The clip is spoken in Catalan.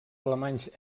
alemanys